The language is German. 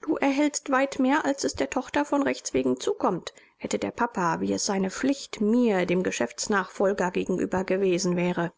du erhältst weit mehr als es der tochter von rechts wegen zukommt hätte der papa wie es seine pflicht mir dem geschäftsnachfolger gegenüber gewesen wäre